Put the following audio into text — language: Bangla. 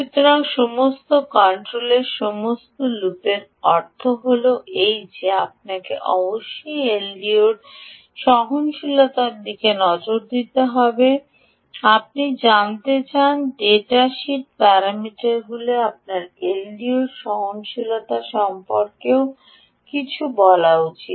সুতরাং সমস্ত কন্ট্রোল এর সমস্ত লুপের অর্থ হল যে আপনাকে অবশ্যই এলডিওর সহনশীলতার দিকে নজর দিতে হবে যা আপনি জানতে চান ডেটা শীট প্যারামিটারটি আপনাকে এলডিও সহনশীলতা সম্পর্কেও কিছু বলা উচিত